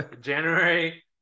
January